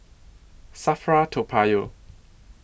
SAFRA Toa Payoh